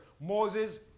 Moses